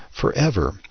forever